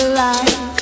life